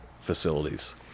facilities